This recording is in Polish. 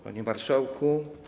Panie Marszałku!